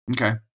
Okay